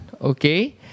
Okay